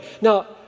Now